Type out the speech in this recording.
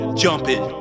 jumping